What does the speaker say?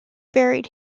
buried